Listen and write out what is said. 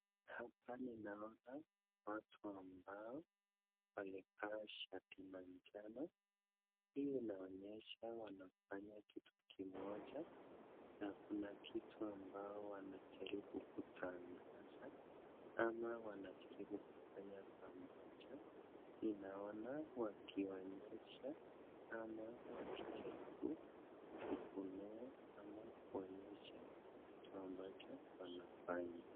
Hapa ninaona watu ambao wamevaa shati manjano. Hii inaonyesha wanafanya kitu kimoja na kuna kitu ambayo wanajaribu kutangaza ama wanajaribu kufanya pamoja. Ninaona wakionyesha ama wakijaribu kufukunua ama kuonyesha kitu ambacho wanafanya.